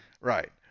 Right